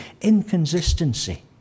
inconsistency